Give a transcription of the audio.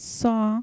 saw